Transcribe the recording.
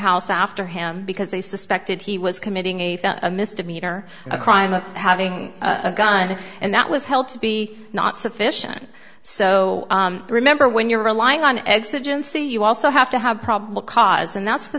house after him because they suspected he was committing a felony misdemeanor a crime of having a gun and that was held to be not sufficient so remember when you're relying on exigency you also have to have probable cause and that's the